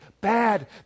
bad